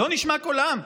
לא נשמע קולם.